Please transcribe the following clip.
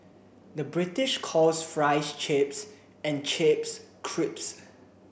the British calls fries chips and chips crisps